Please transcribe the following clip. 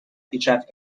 پیشرفت